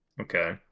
Okay